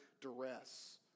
duress